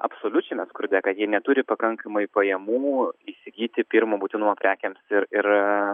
absoliučiame skurde kad jie neturi pakankamai pajamų įsigyti pirmo būtinumo prekėms ir ir